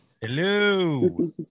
Hello